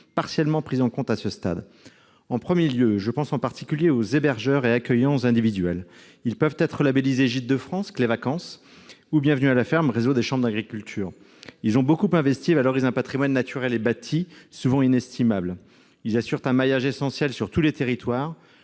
partiellement prises en compte à ce stade. En premier lieu, je pense aux hébergeurs et accueillants individuels. Ils peuvent être labellisés « Gîtes de France »,« Clévacances » ou « Bienvenue à la ferme », réseau des chambres d'agriculture. Ils ont beaucoup investi et valorisent un patrimoine naturel et bâti souvent inestimable. Ils assurent un maillage essentiel dans tous les territoires,